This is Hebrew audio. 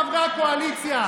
חברי הקואליציה,